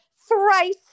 thrice